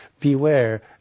beware